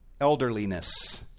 elderliness